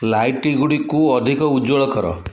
ଲାଇଟ୍ଗୁଡ଼ିକୁ ଅଧିକ ଉଜ୍ଜ୍ୱଳ କର